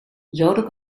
joden